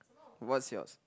what's yours